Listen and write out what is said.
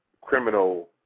criminal